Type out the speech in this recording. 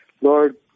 Lord